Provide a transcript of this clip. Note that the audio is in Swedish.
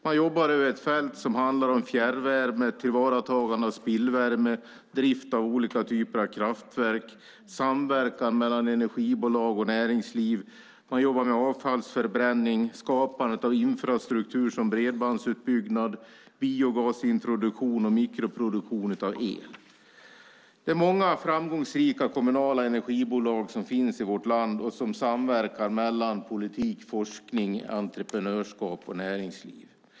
Man jobbar över ett fält som handlar om fjärrvärme, tillvaratagande av spillvärme, drift av olika typer av kraftverk, samverkan mellan energibolag och näringsliv. Man jobbar med avfallsförbränning, skapandet av infrastruktur som bredbandsutbyggnad, biogasintroduktion och mikroproduktion av el. Det finns många framgångsrika kommunala energibolag i vårt land som samverkar mellan politik, forskning, entreprenörskap och näringsliv.